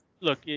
look